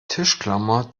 tischklammer